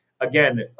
again